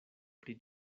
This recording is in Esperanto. pri